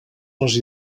les